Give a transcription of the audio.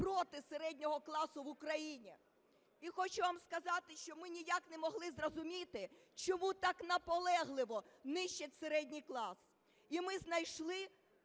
проти середнього класу в Україні. І хочу вам сказати, що ми ніяк не могли зрозуміти, чому так наполегливо нищать середній клас. І ми знайшли